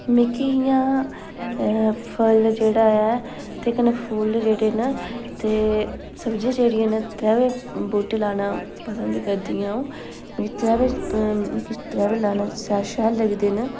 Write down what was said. मिगी इ'यां फल जेह्ड़ा ऐ ते कन्नै फुल्ल जेह्ड़े न ते सब्ज़ियां जेह्ड़ियां न त्रैवे बूह्टे लाना पंसद करदी अ'ऊं मि त्रैवे मिगी त्रैवे लाना शैल लगदे न